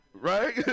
right